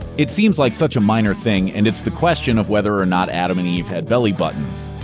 it seems like such a minor thing, and it's the question of whether or not adam and eve had belly buttons.